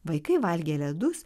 vaikai valgė ledus